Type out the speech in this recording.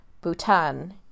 bhutan